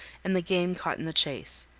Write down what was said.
and the game caught in the chase.